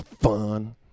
fun